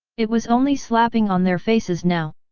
it was only slapping on their faces now.